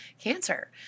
cancer